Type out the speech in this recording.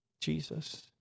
Jesus